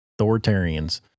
Authoritarians